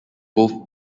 both